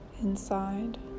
inside